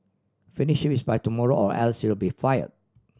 finish this by tomorrow or else you'll be fired